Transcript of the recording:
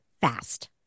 fast